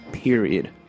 period